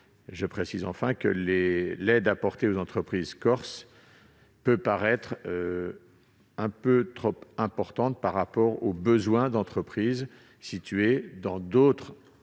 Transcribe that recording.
du zonage, et l'aide apportée aux entreprises corses paraîtrait trop importante par rapport aux besoins d'entreprises situées dans d'autres